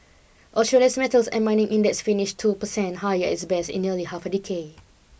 Australia's metals and mining index finished two per cent higher at its best in nearly half a decade